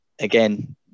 again